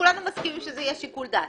כולנו מסכימים שזה יהיה שיקול דעת.